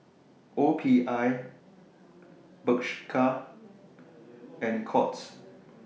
OPI Bershka and Courts